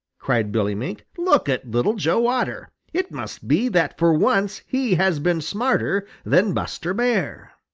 cried billy mink. look at little joe otter! it must be that for once he has been smarter than buster bear.